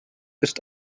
ist